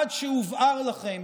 עד שהובהר לכם